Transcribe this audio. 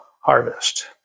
harvest